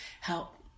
help